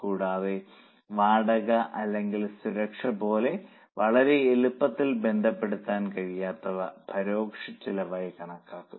കൂടാതെ വാടക അല്ലെങ്കിൽ സുരക്ഷ പോലെ വളരെ എളുപ്പത്തിൽ ബന്ധപ്പെടുത്താൻ കഴിയാത്തവ പരോക്ഷ ചെലവായി കണക്കാക്കും